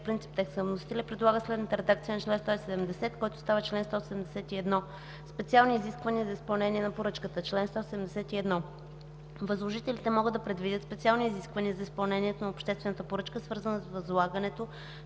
принцип текста на вносителя и предлага следната редакция на чл. 170, който става чл. 171. „Специални изисквания за изпълнение на поръчката”. Чл. 171. Възложителите могат да предвидят специални изисквания за изпълнението на обществената поръчка, свързани с възлагането